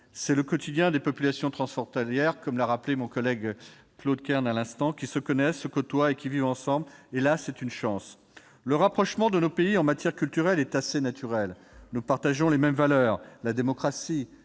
C'est le quotidien des populations transfrontalières- mon collègue Claude Kern vient de le rappeler -, qui se connaissent, se côtoient et vivent ensemble. C'est une chance. Le rapprochement de nos pays en matière culturelle est assez naturel. Nous partageons les mêmes valeurs : la démocratie,